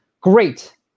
great